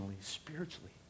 spiritually